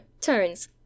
turns